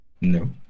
No